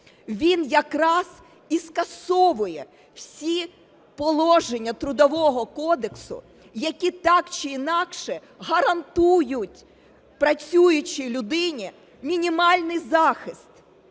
він якраз і скасовує всі положення Трудового кодексу, які так чи інакше гарантують працюючій людині мінімальний захист.